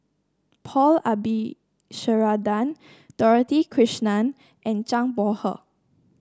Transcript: Paul Dorothy Krishnan and Zhang Bohe